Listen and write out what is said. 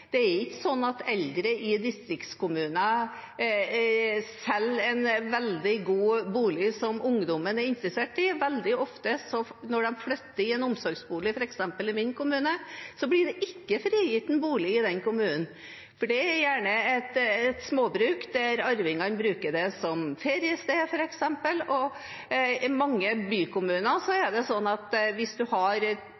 Det er ikke slik at eldre i distriktskommuner selger en veldig god bolig som ungdommen er interessert i. Veldig ofte når de flytter til en omsorgsbolig, f.eks. i min kommune, blir det ikke frigitt noen bolig i kommunen, for det er gjerne et småbruk som arvingene f.eks. bruker som feriested. I mange bykommuner er